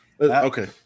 Okay